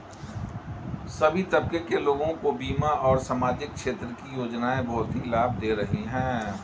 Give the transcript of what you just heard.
सभी तबके के लोगों को बीमा और सामाजिक क्षेत्र की योजनाएं बहुत ही लाभ दे रही हैं